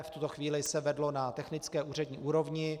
V tuto chvíli se vedlo na technické úřední úrovni.